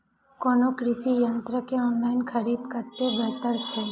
कोनो कृषि यंत्र के ऑनलाइन खरीद कतेक बेहतर छै?